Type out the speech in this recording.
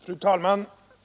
Fru talman!